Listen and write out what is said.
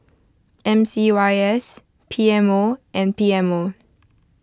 M C Y S P M O and P M O